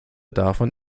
davon